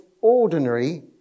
ordinary